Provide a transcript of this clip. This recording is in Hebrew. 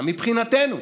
גם מבחינתנו,